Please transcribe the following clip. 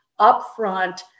upfront